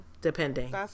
depending